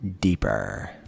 deeper